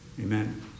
Amen